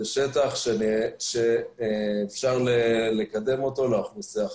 אבל זה שטח שאפשר לקדם אותו לאוכלוסייה החרדית,